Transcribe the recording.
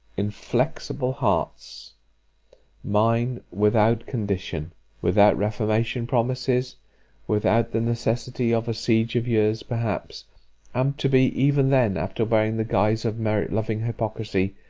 inflexible heart mine, without condition without reformation-promises without the necessity of a siege of years, perhaps and to be even then, after wearing the guise of merit-doubting hypocrisy,